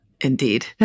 indeed